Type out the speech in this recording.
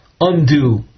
undo